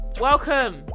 Welcome